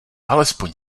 alespoň